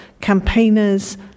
campaigners